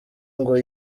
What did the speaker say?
ngo